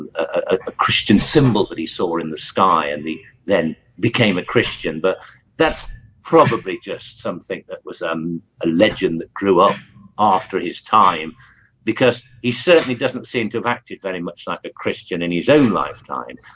a christian symbol that he saw in the sky, and he then became a christian, but that's probably just something that was um a legend grew up after his time because he certainly doesn't seem to have acted very much like a christian in his own lifetime